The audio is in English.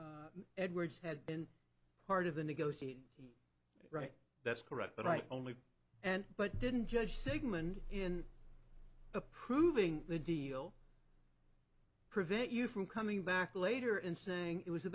if edwards had been part of the negotiated right that's correct but i only and but didn't judge sigmond in approving the deal prevent you from coming back later and saying it was a